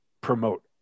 promote